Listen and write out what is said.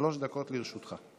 שלוש דקות לרשותך.